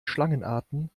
schlangenarten